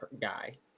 guy